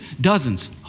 dozens